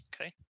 Okay